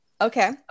Okay